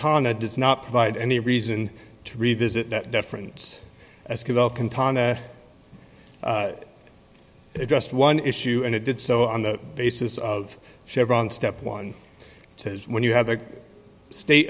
tarna does not provide any reason to revisit that difference as just one issue and it did so on the basis of chevron's step one when you have a state